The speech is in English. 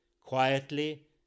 Quietly